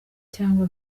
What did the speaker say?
cyangwa